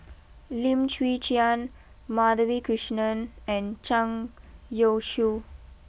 Lim Chwee Chian Madhavi Krishnan and Zhang Youshuo